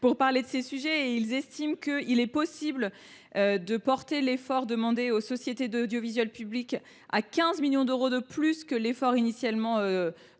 pour parler de ces sujets. Mes trois collègues estiment qu’il est possible de porter l’effort demandé aux sociétés de l’audiovisuel public à 15 millions d’euros de plus que l’effort initialement